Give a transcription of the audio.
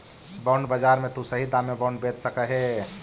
bond बाजार में तु सही दाम में बॉन्ड बेच सकऽ हे